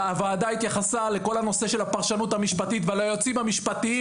הוועדה התייחסה לנושא של הפרשנות המשפטית וליועצים המשפטיים,